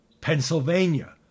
Pennsylvania